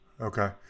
Okay